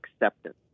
acceptance